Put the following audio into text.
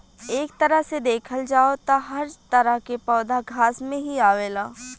एक तरह से देखल जाव त हर तरह के पौधा घास में ही आवेला